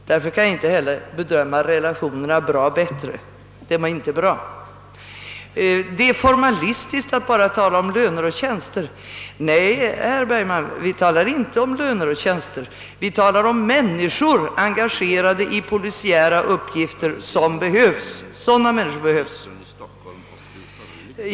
Därför kan jag inte heller bedöma relationerna bra-bättre. Det är formalistiskt, säger herr Bergman, att bara tala om löner och tjänster. Nej, herr Bergman, vi talar inte om löner och tjänster; vi talar om människor, engagerade i polisiära uppgifter, och sådana människor behövs.